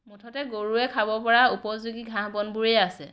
মুঠতে গৰুৱে খাব পৰা উপযোগী ঘাঁহ বনবোৰেই আছে